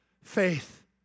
faith